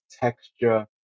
texture